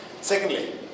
Secondly